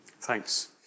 Thanks